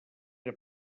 era